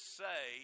say